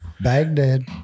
Baghdad